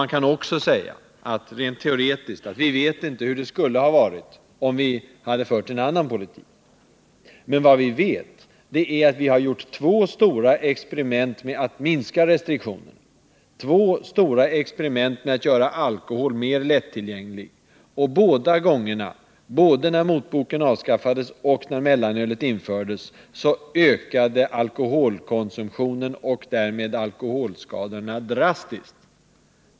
Man kan också säga att vi rent teoretiskt inte vet hur det skulle ha gått om det hade förts en annan politik. Men vad vi vet är, att vi har gjort två «stora experiment med att minska restriktionerna, två stora experiment med att göra alkohol mer lättillgänglig, och att båda gångerna — både när motboken avskaffades och när mellanölet infördes — ökade alkoholkonsumtionen och därmed alkoholskadorna drastiskt.